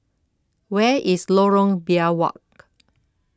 where is Lorong Biawak